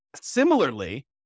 Similarly